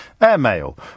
airmail